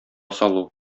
салу